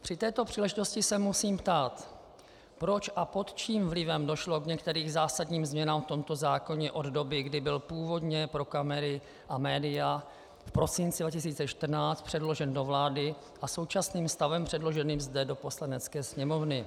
Při této příležitosti se musím ptát: Proč a pod čím vlivem došlo k některým zásadním změnám v tomto zákoně od doby, kdy byl původně pro kamery a média v prosinci 2014 předložen do vlády, a současným stavem předloženým zde do Poslanecké sněmovny.